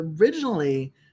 originally